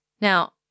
Now